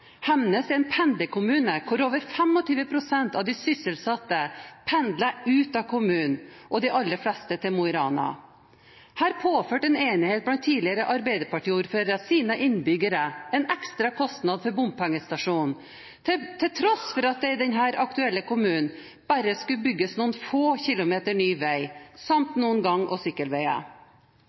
Hemnes er en pendlerkommune hvor over 25 pst. av de sysselsatte pendler ut av kommunen, og de aller fleste til Mo i Rana. Her påførte en enighet blant tidligere arbeiderpartiordførere innbyggerne en ekstra kostnad for bompengestasjon, til tross for at det i denne aktuelle kommunen bare skulle bygges noen få kilometer ny vei samt noen gang- og sykkelveier.